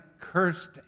cursed